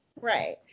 Right